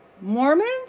Mormons